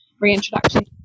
reintroduction